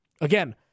Again